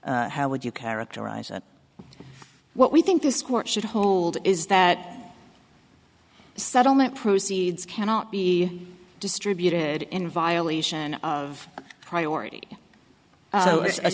how would you characterize what we think this court should hold is that settlement proceeds cannot be distributed in violation of priority